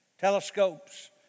telescopes